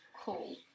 cool